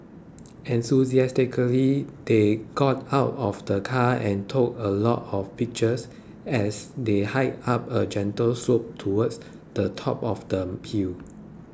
enthusiastically they got out of the car and took a lot of pictures as they hiked up a gentle slope towards the top of the hill